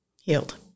healed